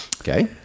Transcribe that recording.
Okay